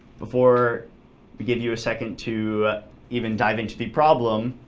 before we give you a second to even dive into the problem,